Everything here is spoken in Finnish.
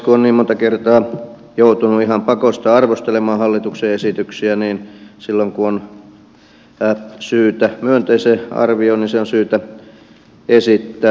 kun on niin monta kertaa joutunut ihan pakosta arvostelemaan hallituksen esityksiä niin silloin kun on syytä myönteiseen arvioon niin se on syytä esittää